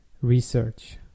research